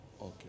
Okay